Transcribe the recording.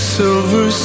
silver